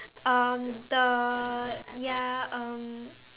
um the ya um